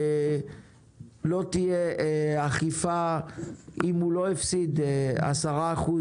לא תהיה אכיפה מולו אם הוא לא הפסיד 10%